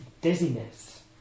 dizziness